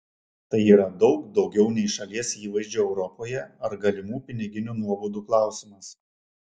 tai yra daug daugiau nei šalies įvaizdžio europoje ar galimų piniginių nuobaudų klausimas